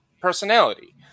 personality